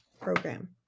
Program